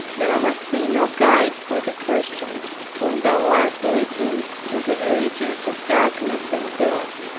there must be no guide for the person whom thou art leading into the regions of darkness and death,